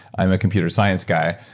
i'm a computer science guy,